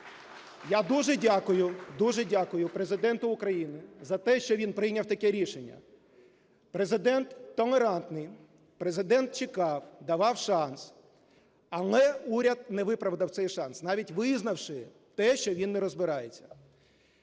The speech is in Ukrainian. Я дуже дякую Президенту України за те, що він прийняв таке рішення. Президент толерантний. Президент чекав, давав шанс. Але уряд не виправдав цей шанс, навіть визнавши те, що він не розбирається.